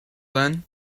then